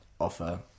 offer